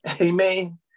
Amen